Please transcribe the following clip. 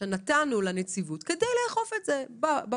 שנתנו לנציבות כדי לאכוף את זה בבריאות,